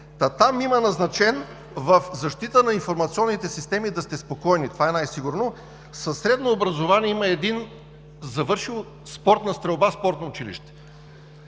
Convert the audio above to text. Там има назначен в „Защита на информационните системи“ – да сте спокойни, това е най-сигурно – със средно образование има един завършил спортна стрелба в спортно училище.